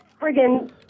friggin